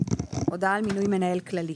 הודעה על מינוי מנהל כללי: